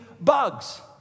bugs